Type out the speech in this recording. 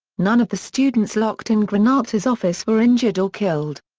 none of the students locked in granata's office were injured or killed.